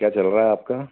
क्या चल रहा है आपका